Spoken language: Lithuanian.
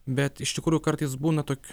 bet iš tikrųjų kartais būna tok